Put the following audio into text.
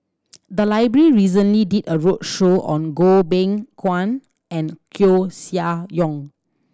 the library recently did a roadshow on Goh Beng Kwan and Koeh Sia Yong